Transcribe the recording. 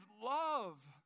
love